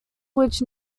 which